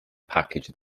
package